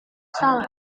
asal